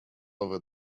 over